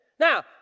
Now